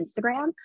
Instagram